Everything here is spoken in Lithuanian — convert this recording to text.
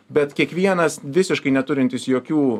bet kiekvienas visiškai neturintis jokių